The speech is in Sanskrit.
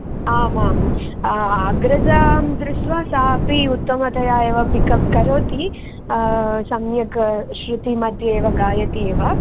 आमां अग्रजां दृष्ट्वा एवा सा उत्तमतया पिकप् करोति सम्यक् श्रुतिमध्ये एव गायति एव